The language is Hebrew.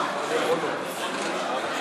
המשמעות היא לדחות את זה בארבעה חודשים.